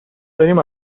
داریم